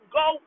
go